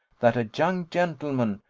that a young gentleman,